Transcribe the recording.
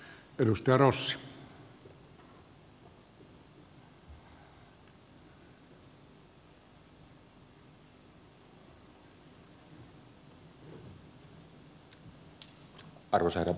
arvoisa herra puhemies